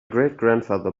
greatgrandfather